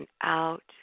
out